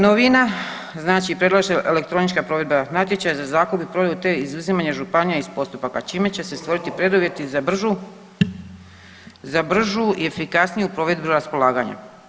Novina znači … elektronička provedba natječaja za zakup i provedbu te izuzimanje županija iz postupaka čime će se stvoriti preduvjeti za bržu i efikasniju provedbu raspolaganja.